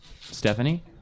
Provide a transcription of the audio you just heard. Stephanie